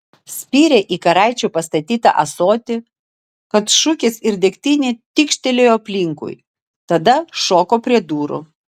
spyrė į karaičio pastatytą ąsotį kad šukės ir degtinė tykštelėjo aplinkui tada šoko prie durų